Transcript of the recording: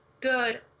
good